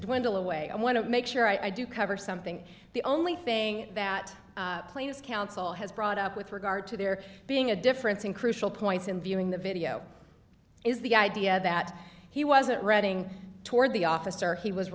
endell away i want to make sure i do cover something the only thing that planes council has brought up with regard to there being a difference in crucial points in viewing the video is the idea that he wasn't reading toward the officer he was